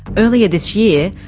earlier this year,